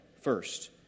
first